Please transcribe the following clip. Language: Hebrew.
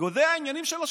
ניגודי העניינים של השופטים.